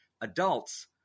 adults